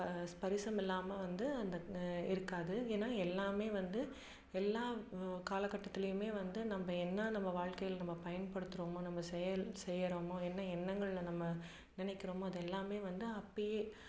ஸ்ப ஸ்பரிசம் இல்லாமல் வந்து அந்த இருக்காது ஏனால் எல்லாமே வந்து எல்லாம் காலகட்டத்திலையுமே வந்து நம்ப என்ன நம்ம வாழ்க்கையில் நம்ம பயன்படுத்துகிறோமோ நம்ம செயல் செய்கிறோமோ என்ன எண்ணங்களில் நம்ம நினைக்கிறோமோ அது எல்லாமே வந்து அப்போயே